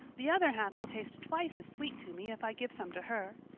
the other half will taste twice as sweet to me if i give some to her.